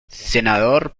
senador